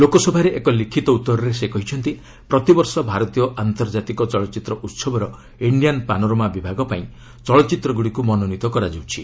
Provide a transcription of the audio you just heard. ଲୋକସଭାରେ ଏକ ଲିଖିତ ଉତ୍ତରରେ ସେ କହିଛନ୍ତି ପ୍ରତିବର୍ଷ ଭାରତୀୟ ଆନ୍ତର୍ଜାତିକ ଚଳଚ୍ଚିତ୍ର ଉହବର ଇଣ୍ଡିଆନ୍ ପାନୋରମା ବିଭାଗ ପାଇଁ ଚଳଚ୍ଚିତ୍ରଗୁଡ଼ିକୁ ମନୋନୀତ କରାଯାଉଛି